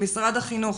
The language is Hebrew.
למשרד החינוך,